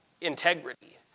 integrity